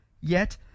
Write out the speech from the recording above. Yet